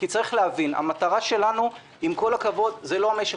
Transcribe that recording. צריך להבין, המטרה שלנו, עם כל הכבוד, היא לא המשק